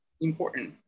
important